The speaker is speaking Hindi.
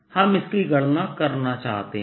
हम इसकी गणना करना चाहते हैं